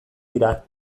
dira